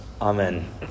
Amen